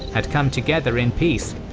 had come together in peace.